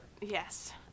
Yes